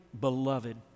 beloved